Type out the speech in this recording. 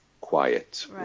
Quiet